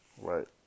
Right